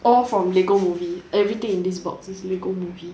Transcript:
all from Lego movie everything in this box is Lego movie